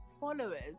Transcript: followers